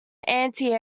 anti